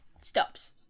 stops